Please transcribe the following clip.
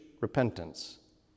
repentance